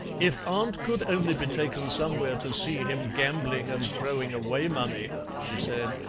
if aunt could only be taken somewhere to see him gambling and throwing away money she said,